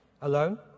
alone